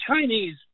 Chinese